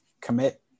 commit